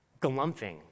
glumping